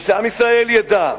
ושעם ישראל ידע,